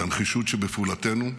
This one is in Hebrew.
את הנחישות שבפעולתנו,